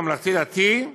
ובממלכתי דתי.